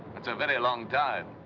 that's a very long time.